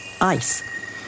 ice